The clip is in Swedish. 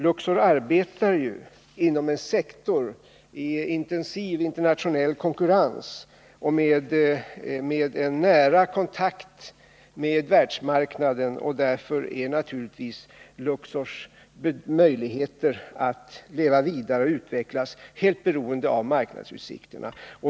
Luxor arbetar ju inom en sektor i intensiv internationell konkurrens och med nära kontakt med världsmarknaden, och därför är naturligtvis Luxors möjligheter att leva vidare och utvecklas helt beroende av marknadsutsikterna.